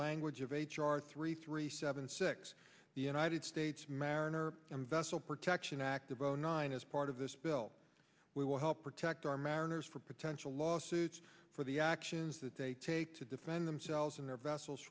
language of h r three three seven six the united states mariner and vessel protection act of zero nine as part of this bill we will help protect our mariners for potential lawsuits for the actions that they take to defend themselves and their vessels